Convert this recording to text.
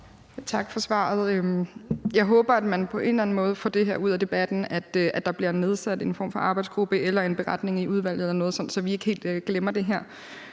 Tak for svaret. Jeg håber, at man på en eller anden måde får dét ud af debatten, at der bliver nedsat en form for arbejdsgruppe eller der kommer en beretning i udvalget eller noget andet, sådan at vi ikke helt glemmer det her.